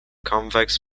convex